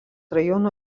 rajono